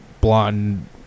blonde